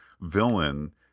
villain